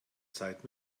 zeit